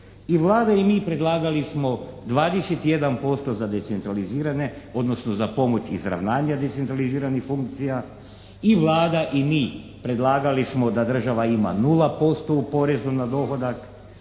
I Vlada i mi predlagali smo 21% za decentralizirane, odnosno za pomoć izravnanja decentraliziranih funkcija, i Vlada i mi predlagali smo da država ima 0% u porezu na dohodak,